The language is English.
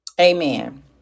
Amen